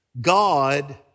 God